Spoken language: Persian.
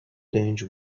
دنج